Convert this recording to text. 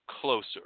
closer